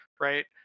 right